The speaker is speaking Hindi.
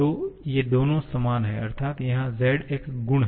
तो ये दोनों समान हैं अर्थात यहाँ z एक गुण है